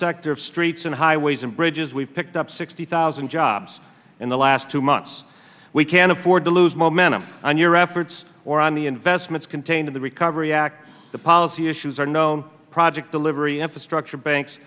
sector of streets and highways and bridges we've picked up sixty thousand jobs in the last two months we can't afford to lose momentum on your efforts or on the investments contained in the recovery act the policy issues are known project delivery infrastructure banks